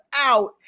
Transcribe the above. out